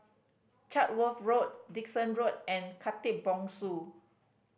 Chatsworth Road Dickson Road and Khatib Bongsu